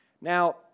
Now